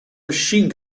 machine